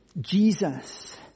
Jesus